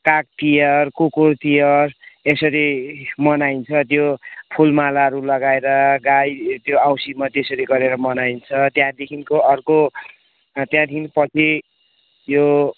काग तिहार कुकुर तिहार यसरी मनाइन्छ त्यो फुलमालाहरू लगाएर गाई त्यो औँसीमा त्यसरी गरेर मनाइन्छ त्यहाँदेखिको अर्को त्यहाँदेखि पछि यो